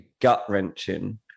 gut-wrenching